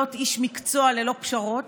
להיות איש מקצוע ללא פשרות,